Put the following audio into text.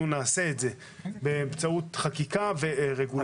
אנחנו נעשה את זה באמצעות חקיקה ורגולציה.